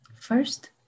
first